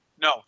no